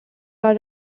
are